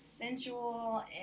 Sensual